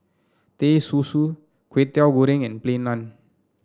Teh Susu Kwetiau Goreng and Plain Naan